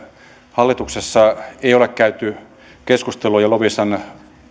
hallituksessa ei ole käyty keskusteluja loviisan